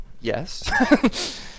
Yes